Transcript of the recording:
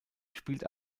spielt